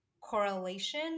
correlation